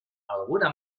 alguna